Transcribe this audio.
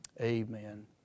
Amen